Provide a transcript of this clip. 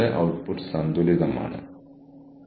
പരസ്പരമുള്ളവരുടെ വിഭവങ്ങളിൽ നിന്ന് നമ്മൾ നിരന്തരം എടുക്കുന്നു